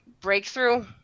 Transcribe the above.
Breakthrough